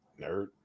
nerd